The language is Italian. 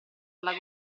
alla